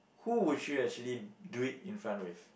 who would you actually do it in front with